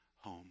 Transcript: home